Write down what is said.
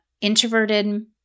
introverted-